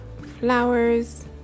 flowers